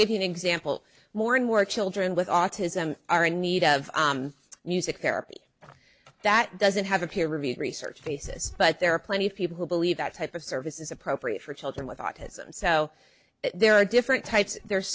give you an example more and more children with autism are in need of music therapy that doesn't have a peer reviewed research basis but there are plenty of people who believe that type of service is appropriate for children with autism so there are different types there